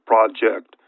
Project